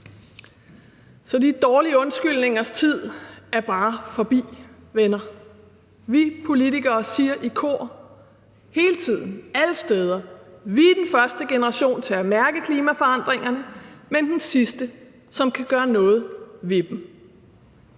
Så de dårlige undskyldningers tid er bare forbi, venner. Vi politikere siger i kor hele tiden, alle steder: Vi er den første generation til at mærke klimaforandringerne, men den sidste, som kan gøre noget ved dem.